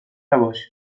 نباشه